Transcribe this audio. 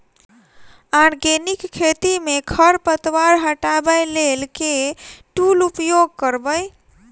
Organic खेती मे खरपतवार हटाबै लेल केँ टूल उपयोग करबै?